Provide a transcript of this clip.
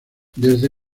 desde